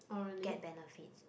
get benefits